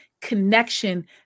connection